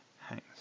hangs